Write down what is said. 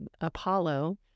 apollo